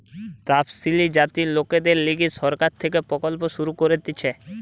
তপসিলি জাতির লোকদের লিগে সরকার থেকে প্রকল্প শুরু করতিছে